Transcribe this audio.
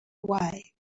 away